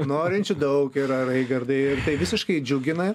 norinčių daug yra raigardaiir tai visiškai džiugina